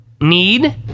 need